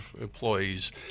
employees